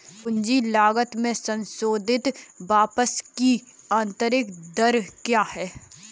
पूंजी लागत में संशोधित वापसी की आंतरिक दर क्या है?